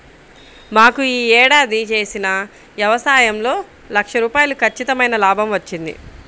మాకు యీ ఏడాది చేసిన యవసాయంలో లక్ష రూపాయలు ఖచ్చితమైన లాభం వచ్చింది